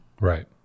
Right